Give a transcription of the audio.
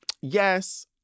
yes